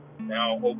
now